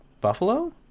Buffalo